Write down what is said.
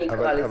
אני אקרא לזה,